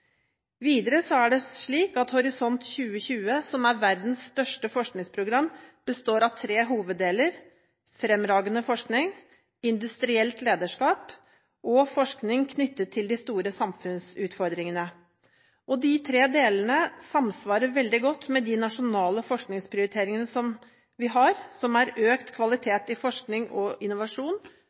Videre er det slik at Horisont 2020, som er verdens største forskningsprogram, består av tre hoveddeler: fremragende forskning, industrielt lederskap og forskning knyttet til store samfunnsutfordringer. De tre delene samsvarer veldig godt med de nasjonale forskningsprioriteringene, som er økt kvalitet i forskning og innovasjon,